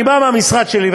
אני בא מהמשרד שלי,